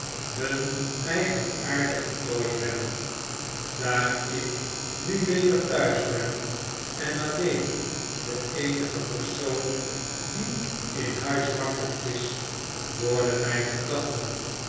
hun eigenaardigen tooi hebben daar ik nu weder t'huis ben en alleen de eenige persoon die in huis wakker is worden mgn gedachten